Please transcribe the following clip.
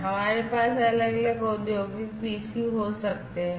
हमारे पास अलग अलग औद्योगिक पीसी हो सकते हैं